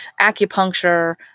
acupuncture